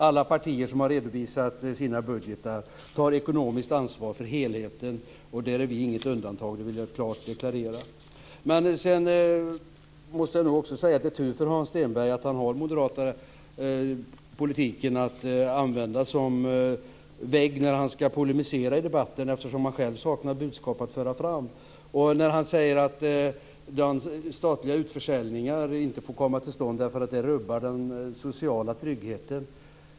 Alla partier som har redovisat sina budgetar tar ett ekonomiskt ansvar för helheten och där är vi inget undantag; det vill jag klart deklarera. Det är tur för Hans Stenberg att han har den moderata politiken att använda som vägg när han ska polemisera i debatten. Själv saknar han ju ett budskap att föra fram. Han säger att statliga utförsäljningar inte får komma till stånd därför att det rubbar den sociala tryggheten.